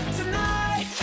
tonight